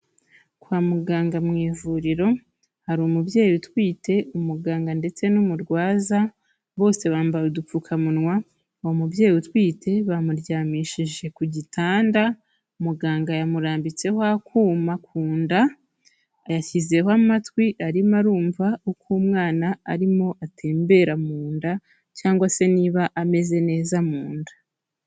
Kwa muganga mu ivuriro, hari umubyeyi utwite, umuganga, ndetse n'umurwaza, bose bambaye udupfukamunwa, uwo mubyeyi utwite bamuryamishije ku gitanda, muganga yamurambitseho akuma kunda, yashyizeho amatwi arimo arumva uko umwana arimo atembera mu nda, cyangwa se niba ameze neza mu nda.